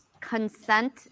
consent